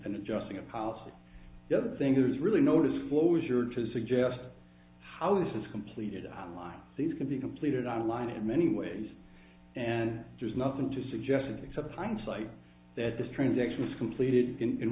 d adjusting a policy the other thing who's really notice closure to suggest how this is completed on line these can be completed on line in many ways and there's nothing to suggest except hindsight that this transaction is completed in